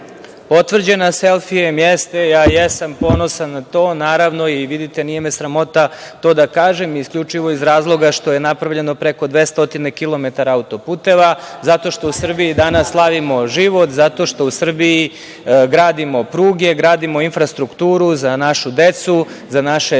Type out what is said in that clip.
selfijem.)Potvrđena selfijem, jeste, Ja jesam ponosan na to, naravno i vidite nije me sramota to da kažem, isključivo iz razloga što je napravljeno preko 200 kilometara auto-puteva, zato što u Srbiji danas slavimo život, zato što u Srbiji gradimo pruge, gradimo infrastrukturu, za našu decu, za naše stare,